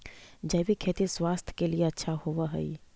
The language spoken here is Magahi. जैविक खेती स्वास्थ्य के लिए अच्छा होवऽ हई